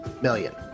million